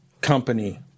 company